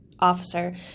officer